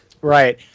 Right